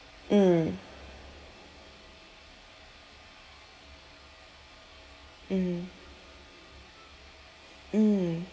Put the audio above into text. mm mm mm